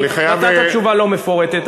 נתת תשובה לא מפורטת,